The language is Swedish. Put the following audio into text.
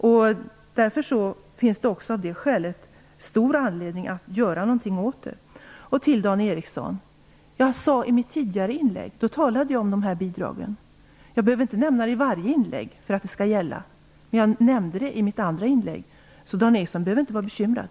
Också av det skälet finns det stor anledning att göra något åt saken. Dan Ericsson, i mitt tidigare inlägg talade jag om bidragen. Jag behöver inte nämna dem i varje inlägg för att de skall gälla. Jag nämnde dem alltså i mitt andra inlägg, så Dan Ericsson behöver inte vara bekymrad.